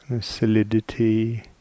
solidity